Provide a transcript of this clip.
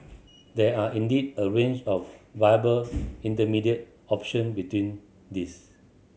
there are indeed a range of viable intermediate option between these